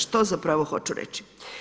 Što zapravo hoću reći?